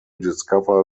discover